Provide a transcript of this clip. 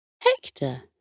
Hector